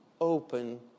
open